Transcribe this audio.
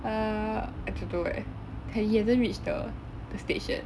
err I don't know eh can he hasn't reached the the stage yet